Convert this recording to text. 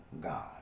God